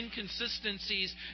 inconsistencies